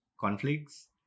conflicts